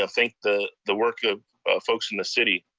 yeah think, the the work of folks in the city.